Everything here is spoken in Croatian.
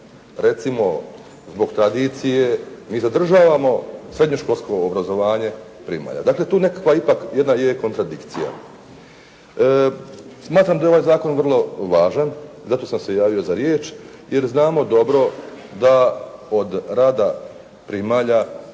recimo zbog tradicije mi zadržavamo srednjoškolsko obrazovanje primalja. Dakle, tu nekakva ipak jedna je kontradikcija. Smatram da je ovaj zakon vrlo važan, zato sam se javio za riječ, jer znamo dobro da od rada primalja,